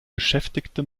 beschäftigte